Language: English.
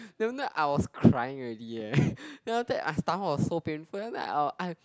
even though I was crying already eh then after that I stomach was so painful then after that uh I